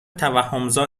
توهمزا